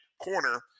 corner